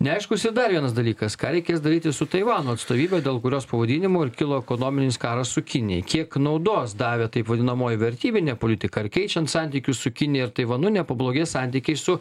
neaiškus ir dar vienas dalykas ką reikės daryti su taivano atstovybe dėl kurios pavadinimo ir kilo ekonominis karas su kinija kiek naudos davė taip vadinamoji vertybinė politika ar keičiant santykius su kinija ir taivanu nepablogės santykiai su